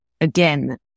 again